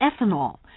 ethanol